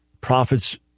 Prophets